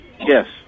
Yes